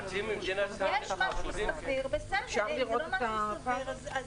אם יש משהו סביר אז בסדר, אם זה לא משהו סביר אז